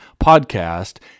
podcast